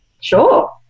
Sure